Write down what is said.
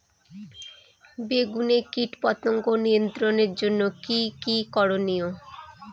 বেগুনে কীটপতঙ্গ নিয়ন্ত্রণের জন্য কি কী করনীয়?